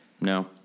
No